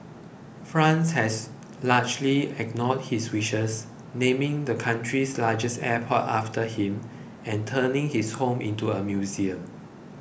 France has largely ignored his wishes naming the country's largest airport after him and turning his home into a museum